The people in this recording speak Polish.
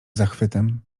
zachwytem